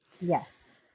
Yes